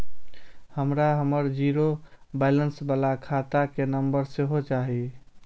हमरा हमर zero balance बाला खाता के नम्बर सेहो चाही